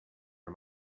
for